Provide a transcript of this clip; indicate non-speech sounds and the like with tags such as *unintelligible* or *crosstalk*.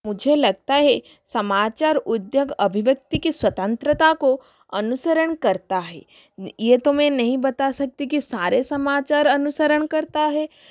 मुझे लगता है समाचार *unintelligible* अभिव्यक्ति की स्वतंत्रता को अनुसरण करता है ये तो मैं नहीं बता सकती की सारे समाचार अनुसरण करता है